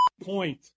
point